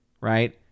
right